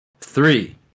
Three